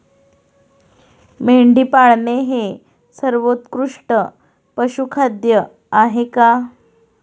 मेंढी पाळणे हे सर्वोत्कृष्ट पशुखाद्य आहे का?